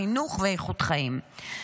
חינוך ואיכות חיים.